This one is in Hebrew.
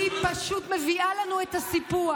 היא פשוט מביאה לנו את הסיפוח,